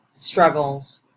struggles